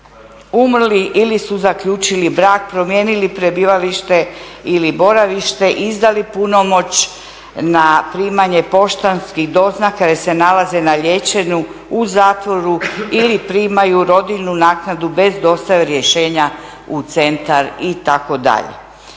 umrli ili su zaključili brak, promijenili prebivalište ili boravište, izdali punomoć na primanje poštanskih doznaka jer se nalaze na liječenu u zatvoru ili primaju rodiljnu naknadu bez dostave rješenja u centar itd.